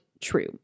true